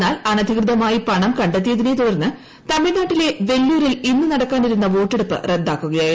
എന്നാൽ അനധികൃതമായി പണം കണ്ടെത്തിയതിനെ തുടർന്ന് തമിഴ്നാട് വെല്ലൂരിൽ ഇന്ന് നടക്കാനിരുന്ന വോട്ടെടുപ്പ് റദ്ദാക്കുകയായിരുന്നു